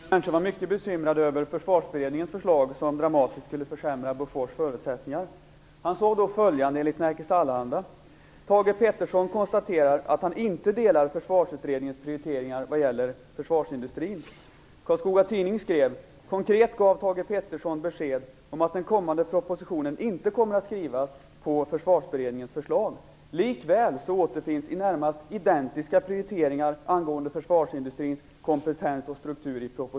Fru talman! Den 18 september besökte försvarsministern Karlskoga. Människorna där var mycket bekymrade över Försvarsberedningens förslag som dramatiskt skulle försämra Bofors förutsättningar. Han sade följande, enligt Närkes Allehanda: Thage G Peterson konstaterar att han inte delar försvarsutredningens prioriteringar vad gäller försvarsindustrin. Karlskoga Tidning skrev: Konkret gav Thage G Peterson besked om att den kommande propositionen inte kommer att skrivas på Försvarsberedningens förslag. Likväl återfinns i det närmaste identiska prioriteringar i propositionen angående försvarsindustrins kompetens och struktur.